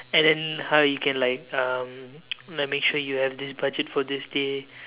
and then how you can like um like make sure you have this budget for this day